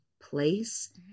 place